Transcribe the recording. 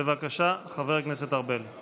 בבקשה, חבר הכנסת ארבל.